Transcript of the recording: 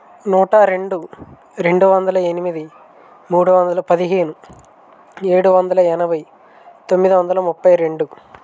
నూట రెండు రెండు వందల ఎనిమిది మూడు వందల పదిహేను ఏడు వందల ఎనభై తొమ్మిది వందల ముప్పై రెండు